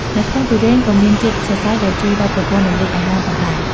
នៅក្នុងទុរេន ក៏មានជាតិសរសៃ ដែលជួយដល់ប្រព័ន្ធរំលាយអាហារផងដែរ។